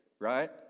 right